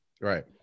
Right